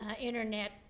internet